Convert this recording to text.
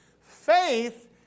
Faith